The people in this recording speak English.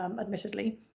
admittedly